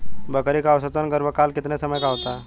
बकरी का औसतन गर्भकाल कितने समय का होता है?